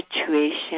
situation